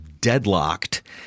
deadlocked